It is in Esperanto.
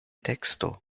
teksto